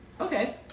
Okay